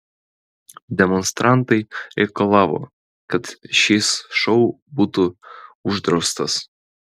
demonstrantai reikalavo kad šis šou būtų uždraustas